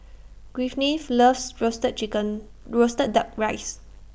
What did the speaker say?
Gwyneth loves Roasted Chicken Roasted Duck Rice